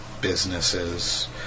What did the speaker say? businesses